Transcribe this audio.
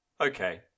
Okay